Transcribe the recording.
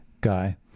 guy